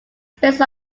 based